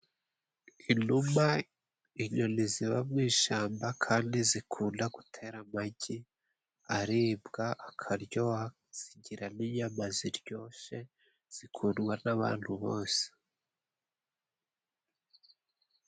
Inuma inyoni ziba mu ishamba kandi zikunda gutera amagi aribwa akaryoha zigira n'inyama ziryoshe zikundwa n'abantu bose.